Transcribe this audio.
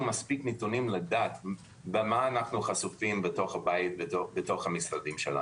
מספיק נתונים לדעת למה אנחנו חשופים בבתים ובמשרדים.